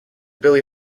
billie